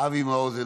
אבי מעוז,